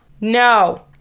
No